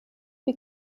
wie